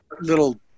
little